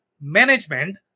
management